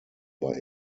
bei